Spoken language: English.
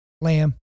lamb